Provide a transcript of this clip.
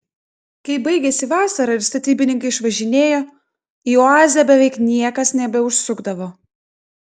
kai baigėsi vasara ir statybininkai išsivažinėjo į oazę beveik niekas nebeužsukdavo